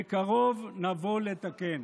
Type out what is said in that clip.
ובקרוב נבוא לתקן.